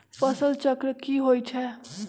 फसल चक्र की होई छै?